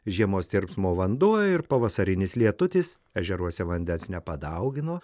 žiemos tirpsmo vanduo ir pavasarinis lietutis ežeruose vandens nepadaugino